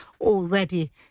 already